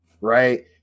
right